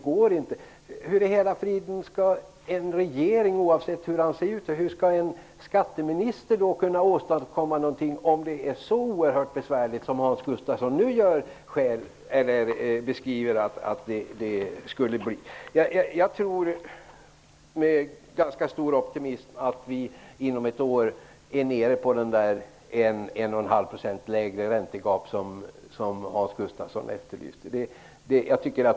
Hur i hela friden skall en regering, oavsett hur den ser ut, och en skatteminister kunna åstadkomma någonting, om det är så oerhört besvärligt som Hans Gustafsson nu gör gällande? Jag tror, med ganska stor optimism, att vi inom ett år är nere på det med 1--1,5 procentenheter minskade räntegap som Hans Gustafsson efterlyste.